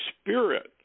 spirit